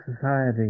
society